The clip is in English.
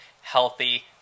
healthy